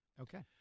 okay